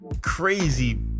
crazy